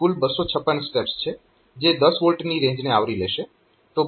કારણકે કુલ 256 સ્ટેપ્સ છે જે 10 V ની રેન્જને આવરી લેશે